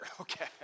okay